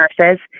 nurses